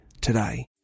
today